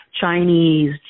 Chinese